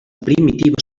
primitiva